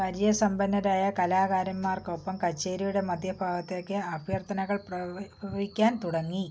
പരിചയസമ്പന്നരായ കലാകാരന്മാർക്കൊപ്പം കച്ചേരിയുടെ മധ്യഭാഗത്തേക്ക് അഭ്യർത്ഥനകൾ പ്രവ പ്രവഹിക്കാൻ തുടങ്ങി